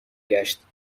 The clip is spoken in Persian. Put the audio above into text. گشت